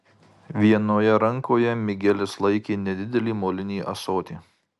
vienoje rankoje migelis laikė nedidelį molinį ąsotį